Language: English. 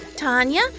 Tanya